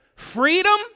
Freedom